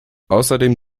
außerdem